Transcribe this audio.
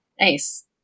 Nice